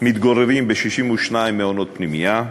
מתגוררים ב-62 מעונות פנימייה,